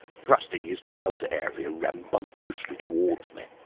thrusting his trouser area rambunctiously towards me.